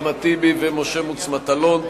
אחמד טיבי ומשה מטלון,